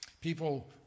People